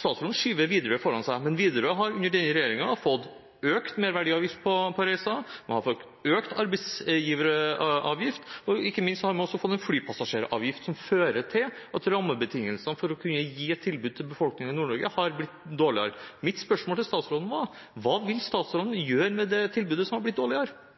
Statsråden skyver Widerøe foran seg, men Widerøe har under denne regjeringen fått økt merverdiavgift på reiser, har fått økt arbeidsgiveravgift og ikke minst har man også fått en flypassasjeravgift som fører til at rammebetingelsene for å kunne gi et tilbud til befolkningen i Nord-Norge har blitt dårligere. Mitt spørsmål til statsråden var: Hva vil statsråden gjøre med tilbudet som er blitt dårligere?